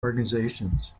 organizations